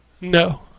No